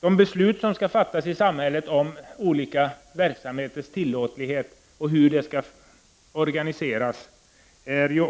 Vi har en koncessionsnämnd som skall fatta beslut om olika verksamheters tillåtlighet i samhället.